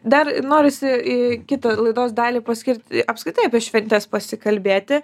dar norisi ii kitą laidos dalį paskirt apskritai apie šventes pasikalbėti